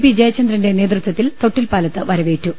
P ജയചന്ദ്രന്റെ നേതൃത്വത്തിൽ തൊട്ടിൽപ്പാലത്ത് പ്രവേറ്റു